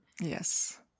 Yes